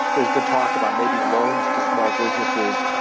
there's been talk about maybe loans to small businesses.